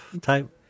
type